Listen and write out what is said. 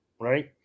right